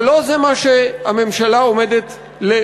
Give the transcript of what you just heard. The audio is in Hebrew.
אבל לא זה מה שהממשלה עומדת לקדם.